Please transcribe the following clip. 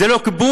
זה לא קיפוח?